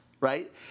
Right